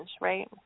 right